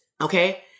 Okay